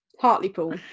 Hartlepool